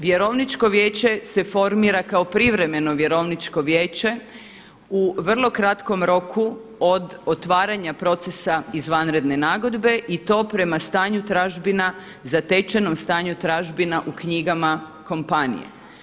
Vjerovničko vijeće se formira kao privremeno Vjerovničko vijeće u vrlo kratkom roku od otvaranja procesa izvanredne nagodbe i to prema stanju tražbina, zatečenom stanju tražbina u knjigama kompanije.